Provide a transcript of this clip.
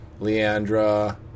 Leandra